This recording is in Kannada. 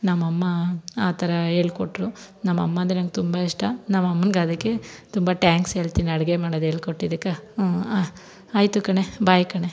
ನಮ್ಮಅಮ್ಮ ಆ ಥರ ಹೇಳ್ಕೊಟ್ರು ನಮ್ಮಅಮ್ಮ ಅಂದರೆ ನಂಗೆ ತುಂಬ ಇಷ್ಟ ನಮ್ಮಅಮ್ಮಂಗೆ ಅದಕ್ಕೆ ತುಂಬ ಟ್ಯಾಂಕ್ಸ್ ಹೇಳ್ತೀನಿ ಅಡಿಗೆ ಮಾಡೋದೇಳ್ಕೊಟ್ಟಿದ್ದಕ್ಕೆ ಹ್ಞೂ ಆಯಿತು ಕಣೆ ಬಾಯ್ ಕಣೆ